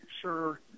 sure